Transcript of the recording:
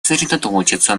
сосредоточиться